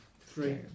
Three